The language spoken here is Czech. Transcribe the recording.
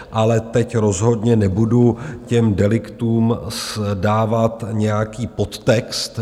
Ale teď rozhodně nebudu těm deliktům dávat nějaký podtext.